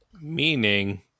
Meaning